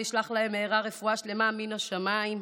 וישלח להם מהרה רפואה שלמה מן השמיים,